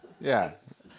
Yes